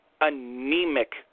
anemic